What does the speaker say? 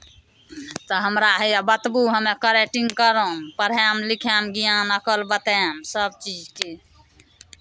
तऽ हमरा हैआ बतबू हम कड़ैतिन करब पढ़ायब लिखायब ज्ञान अकल बतायब सभ चीजके